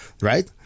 right